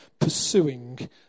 pursuing